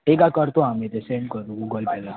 ठीक आहे करतो आम्ही ते सेंड करतो गुगल पेला